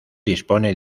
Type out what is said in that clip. dispone